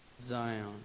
Zion